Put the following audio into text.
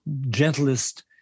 gentlest